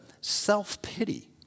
self-pity